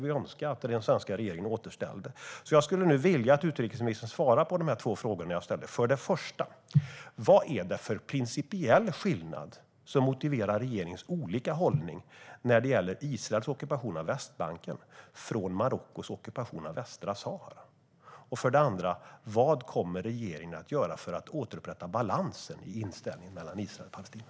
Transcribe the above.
Vi önskar att regeringen återställde den. Jag skulle vilja att utrikesministern svarade på de två frågor som jag ställer. För det första: Vad är det för principiell skillnad som motiverar regeringens olika hållning när det gäller Israels ockupation av Västbanken och Marockos ockupation av Västsahara? För det andra: Vad kommer regeringen att göra för att återupprätta balansen i inställningen till Israel och Palestina?